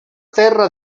terra